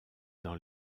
dans